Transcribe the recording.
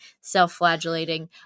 self-flagellating